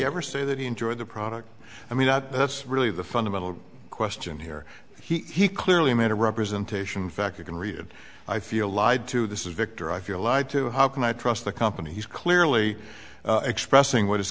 ever say that he enjoyed the product i mean that's really the fundamental question here he clearly made a representation in fact you can read it i feel lied to this is victor i feel lied to how can i trust the company he's clearly expressing what i